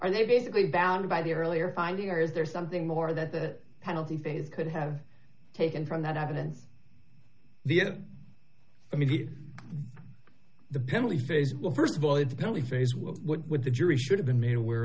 are they basically bound by the earlier finding or is there something more that the penalty phase could have taken from that evidence the other i mean the penalty phase well st of all it's only phase one when the jury should have been made aware